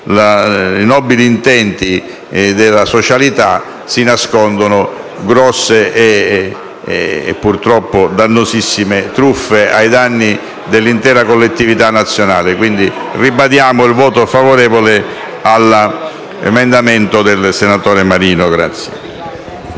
i nobili intenti della socialità, si nascondono grosse e purtroppo dannosissime truffe ai danni dell'intera collettività nazionale. Ribadiamo pertanto il voto favorevole all'emendamento presentato dal